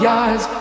eyes